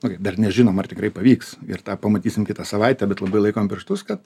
nu kaip dar nežinom ar tikrai pavyks ir tą pamatysim kitą savaitę bet labai laikom pirštus kad